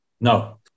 No